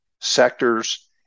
sectors